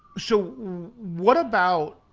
so what about,